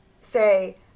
say